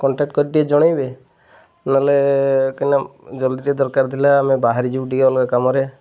contact କରି ଟିକେ ଜଣେଇବେ ନହେଲେ କହିକିନା ଜଲ୍ଦି ଟିକେ ଦରକାର ଥିଲା ଆମେ ବାହାରି ଯିବୁ ଟିକେ ଅଲଗା କାମରେ